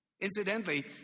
Incidentally